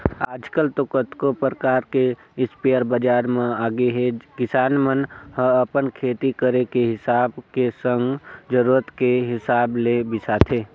आजकल तो कतको परकार के इस्पेयर बजार म आगेहे किसान मन ह अपन खेती करे के हिसाब के संग जरुरत के हिसाब ले बिसाथे